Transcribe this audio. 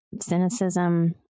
cynicism